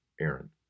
aaron